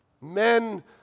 Men